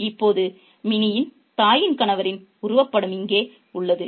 இப்போது மினியின் தாயின் கணவரின் உருவப்படம் இங்கே உள்ளது